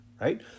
right